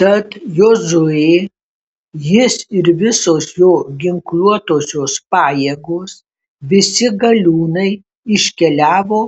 tad jozuė jis ir visos jo ginkluotosios pajėgos visi galiūnai iškeliavo